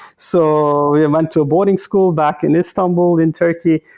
so, we went to boarding school back in istanbul in turkey.